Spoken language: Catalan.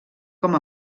com